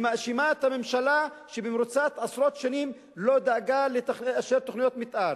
היא מאשימה את הממשלה שבמרוצת עשרות שנים לא דאגה לאשר תוכניות מיתאר,